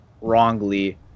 wrongly